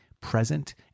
present